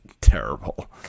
terrible